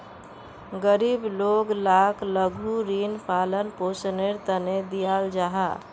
गरीब लोग लाक लघु ऋण पालन पोषनेर तने दियाल जाहा